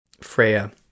Freya